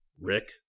Rick